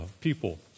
people